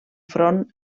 front